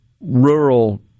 rural